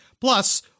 Plus